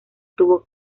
tuvo